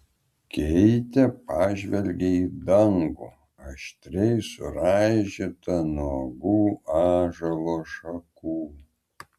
keitė pažvelgė į dangų aštriai suraižytą nuogų ąžuolo šakų